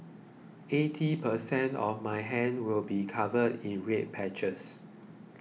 eighty per cent of my hand will be covered in red patches